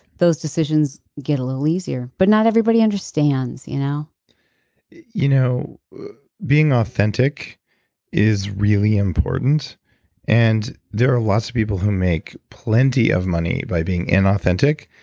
those decisions get a little easier. but not everybody understands you know you know being authentic is really important and there are lots of people who make plenty of money by being and inauthentic,